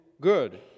good